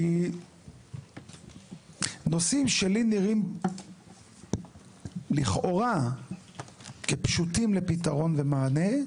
כי נושאים שלי נראים לכאורה כפשוטים לפתרון ומענה,